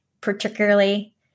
particularly